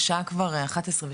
השעה כבר 11:13,